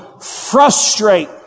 frustrate